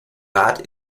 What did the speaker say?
rat